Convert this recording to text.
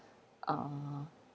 ah